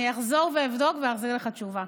אני אחזור ואבדוק, ואחזיר לך תשובה.